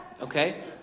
Okay